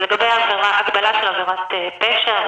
לגבי הגבלה של עבירת פשע,